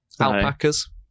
Alpacas